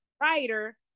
writer